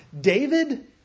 David